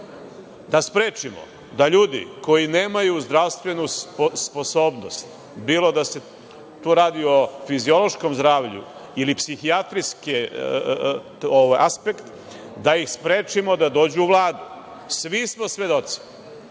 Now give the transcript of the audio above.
Da sprečimo da ljudi koji nemaju zdravstvenu sposobnost, bilo da se tu radi o fiziološkom zdravlju ili psihijatrijski aspekt, da ih sprečimo da dođu u Vladu. Svi smo svedoci